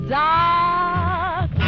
dark